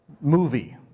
movie